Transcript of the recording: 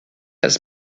has